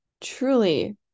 truly